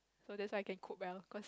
so that's why I can cook well cause